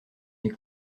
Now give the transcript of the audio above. est